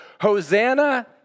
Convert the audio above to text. Hosanna